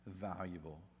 valuable